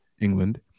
england